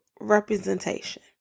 representation